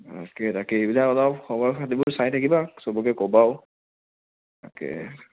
তাকেই তাকেই এইবিলাক অলপ খবৰ খাতিবোৰ চাই থাকিবা সবকে ক'বাও তাকে